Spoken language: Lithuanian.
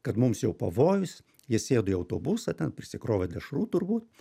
kad mums jau pavojus jie sėdo į autobusą ten prisikrovė dešrų turbūt